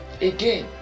Again